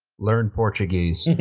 learn portuguese.